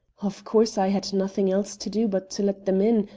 of course i had nothing else to do but to let them in,